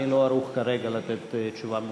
אני לא ערוך כרגע לתת תשובה מפורטת.